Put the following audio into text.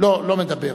לא, לא מדבר.